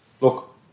look